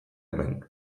hemen